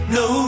no